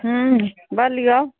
हूँह बोलिऔ